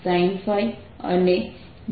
ssinϕ છે